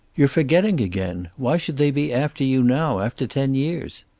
you're forgetting again. why should they be after you now, after ten years?